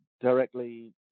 directly